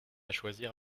choisir